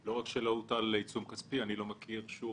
לא רק שלא הוטל עיצום כספי, אני גם לא מכיר שום